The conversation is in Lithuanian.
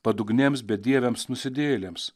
padugnėms bedieviams nusidėjėliams